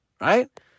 Right